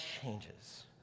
changes